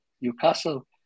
Newcastle